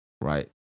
right